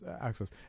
access